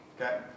Okay